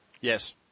Yes